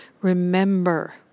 remember